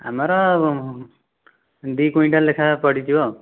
ଆମର ଦୁଇ କୁଇଣ୍ଟାଲ ଲେଖାଁ ପଡ଼ିଯିବ